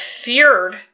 feared